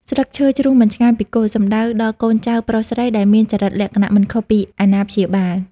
ស្លឹកឈើជ្រុះមិនឆ្ងាយពីគល់ សំដៅដល់់កូនចៅប្រុសស្រីដែលមានចរិកលក្ខណៈ មិនខុសពីអាណាព្យាល។